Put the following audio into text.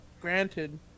granted